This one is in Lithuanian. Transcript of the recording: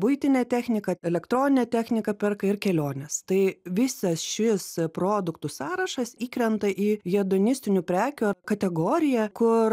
buitinę techniką elektroninę techniką perka ir keliones tai visas šis produktų sąrašas įkrenta į hedonistinių prekių kategoriją kur